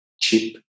cheap